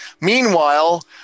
Meanwhile